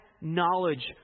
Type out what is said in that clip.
knowledge